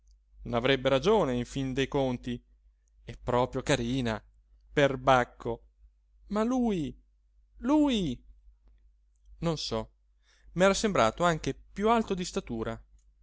chino n'avrebbe ragione in fin dei conti è proprio carina perbacco ma lui lui non so m'era sembrato anche piú alto di statura